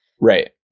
Right